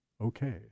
okay